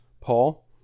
Paul